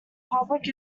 public